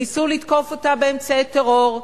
ניסו לתקוף אותה באמצעי טרור,